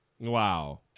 Wow